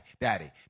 daddy